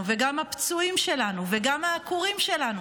וגם מהפצועים שלנו וגם מהעקורים שלנו.